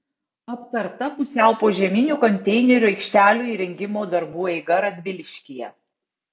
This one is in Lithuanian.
aptarta pusiau požeminių konteinerių aikštelių įrengimo darbų eiga radviliškyje